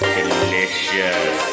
Delicious